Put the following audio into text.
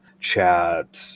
chat